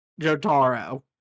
Jotaro